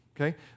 Okay